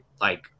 like-